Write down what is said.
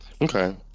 Okay